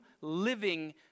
living